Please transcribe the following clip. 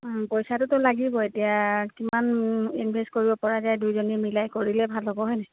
পইচাটোতো লাগিব এতিয়া কিমান ইনভেষ্ট কৰিব পৰা যায় দুইজনী মিলাই কৰিলে ভাল হ'ব হয়নে